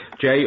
Jay